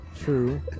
True